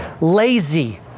lazy